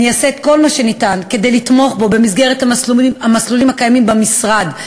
אני אעשה כל מה שניתן כדי לתמוך בו במסגרת המסלולים הקיימים במשרד,